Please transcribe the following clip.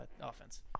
offense